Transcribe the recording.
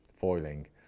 foiling